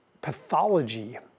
pathology